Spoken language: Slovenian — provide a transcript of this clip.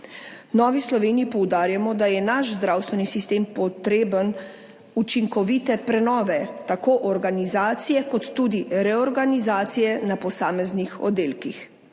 Novi Sloveniji poudarjamo, da je naš zdravstveni sistem potreben učinkovite prenove, tako organizacije kot tudi reorganizacije na posameznih oddelkih.